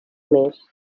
més